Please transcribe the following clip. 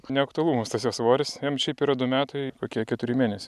neaktualu mums tas jo svoris jam šiaip yra du metai kokie keturi mėnesiai